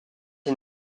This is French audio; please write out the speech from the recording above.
est